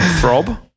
throb